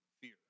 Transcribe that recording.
fear